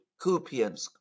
Kupiansk